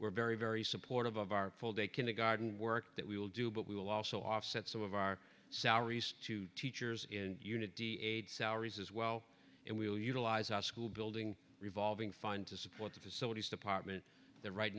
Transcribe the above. we're very very supportive of our full day kindergarten work that we will do but we will also offset some of our salaries to teachers in unity aid salaries as well and we will utilize our school building revolving fund to support the facilities department